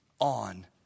on